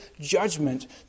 judgment